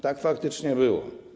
Tak faktycznie było.